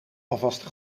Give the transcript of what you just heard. alvast